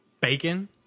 bacon